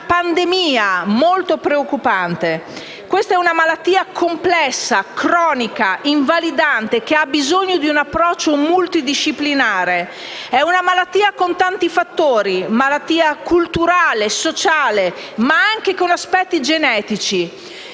una pandemia molto preoccupante. Questa è una malattia complessa, cronica, invalidante, che ha bisogno di un approccio multidisciplinare. È una malattia con tanti fattori: è una malattia culturale e sociale, ma anche con aspetti genetici.